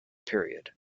period